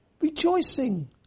Rejoicing